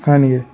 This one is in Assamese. হয় নেকি